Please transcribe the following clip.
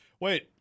Wait